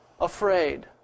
afraid